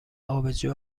آبجو